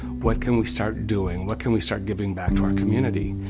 what can we start doing? what can we start giving back to our community?